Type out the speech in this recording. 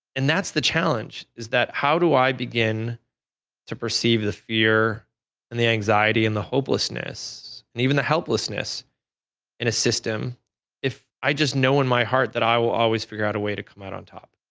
and that's the challenge is that how do i begin to perceive the fear and the anxiety, and the hopelessness, and even the helplessness in a system if i just know in my heart that i will always figure out a way to come out on top.